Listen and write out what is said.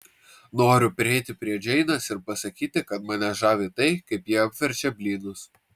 noriu prieiti prie džeinės ir pasakyti kad mane žavi tai kaip ji apverčia blynus